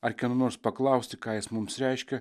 ar kieno nors paklausti ką jis mums reiškia